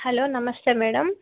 hello నమస్తే madam